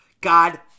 God